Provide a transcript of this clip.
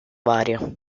varia